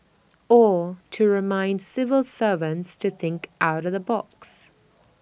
or to remind civil servants to think out the box